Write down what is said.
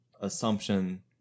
assumption